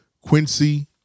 Quincy